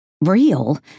real